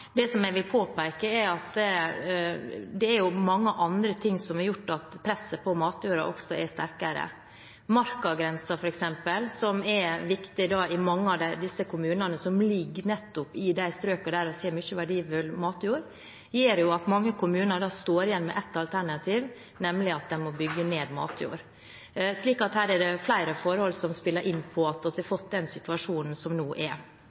Det jeg vil påpeke, er at det er mange andre ting som har gjort at presset på matjorda er sterkere. For eksempel markagrensen, som er viktig i mange av kommunene som ligger nettopp i de strøkene der en ser mye verdifull matjord, gjør at mange kommuner står igjen med ett alternativ, nemlig at de må bygge ned matjord. Her er det flere forhold som spiller inn med tanke på at vi har fått den situasjonen som er nå. Det er